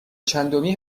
چندمی